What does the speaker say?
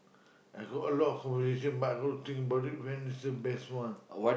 I got a lot of conversation but I gotta think about it man this the best one